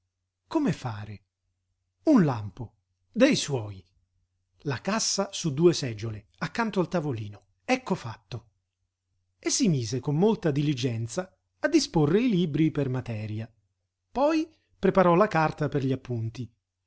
come fare un lampo dei suoi la cassa su due seggiole accanto al tavolino ecco fatto e si mise con molta diligenza a disporre i libri per materia poi preparò la carta per gli appunti